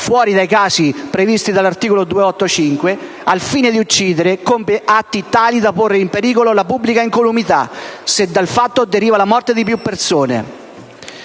fuori dei casi preveduti dall'articolo 285, al fine di uccidere, compie atti tali da porre in pericolo la pubblica incolumità, se dal fatto deriva la morte di più persone.